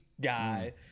guy